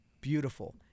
beautiful